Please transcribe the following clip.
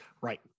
Right